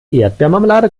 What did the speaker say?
erdbeermarmelade